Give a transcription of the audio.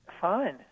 Fine